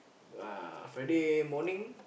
uh Friday morning